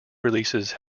releases